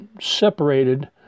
separated